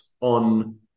on